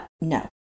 no